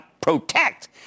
Protect